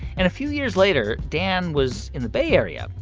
and a few years later, dan was in the bay area,